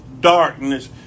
darkness